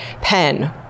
pen